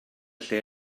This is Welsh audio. lle